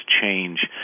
change